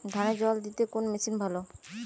ধানে জল দিতে কোন মেশিন ভালো?